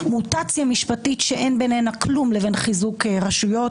מוטציה משפטית שאין בינה לבין חיזוק רשויות